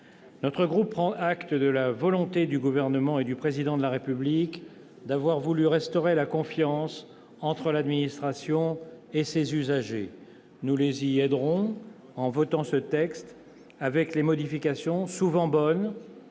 notre groupe prennent acte de la volonté du Gouvernement et du Président de la République de restaurer la confiance entre l'administration et ses usagers. Nous les y aiderons en votant ce texte, avec les modifications, souvent bonnes,